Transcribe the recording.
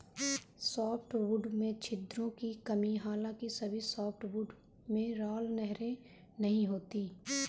softwood में छिद्रों की कमी हालांकि सभी सॉफ्टवुड में राल नहरें नहीं होती है